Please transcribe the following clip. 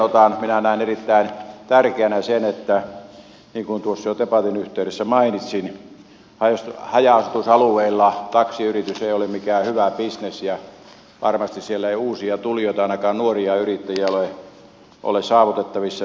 minä näen erittäin tärkeänä tämän koska niin kuin jo tuossa debatin yhteydessä mainitsin haja asutusalueilla taksiyritys ei ole mikään hyvä bisnes ja varmasti siellä ei uusia tulijoita ainakaan nuoria yrittäjiä ole saavutettavissa